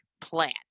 plan